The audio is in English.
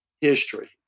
history